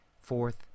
Fourth